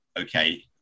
okay